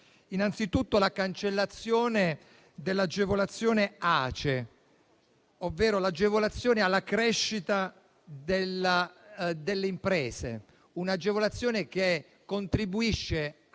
innanzitutto, la cancellazione dell'agevolazione ACE, ovvero l'agevolazione alla crescita delle imprese. Si trattava di un'agevolazione che contribuiva